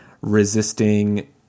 resisting